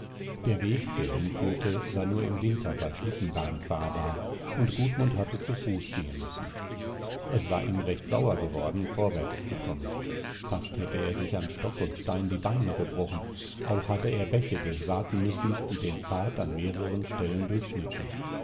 der weg der hinführte war nur im winter bei schlittenbahn fahrbar und gudmund hatte zu fuß gehen müssen es war ihm recht sauer geworden vorwärts zu kommen fast hätte er sich an stock und stein die beine gebrochen auch hatte er bäche durchwaten müssen die den pfad an mehreren stellen durchschnitten